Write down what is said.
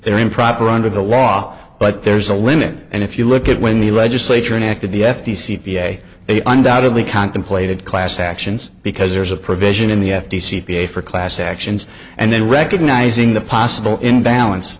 they're improper under the law but there's a limit and if you look at when the legislature enacted the f t c v a they undoubtedly contemplated class actions because there's a provision in the f t c v a for class actions and then recognizing the possible in balance